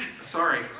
Sorry